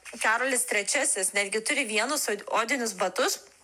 karolis trečiasis netgi turi vienus odinius batus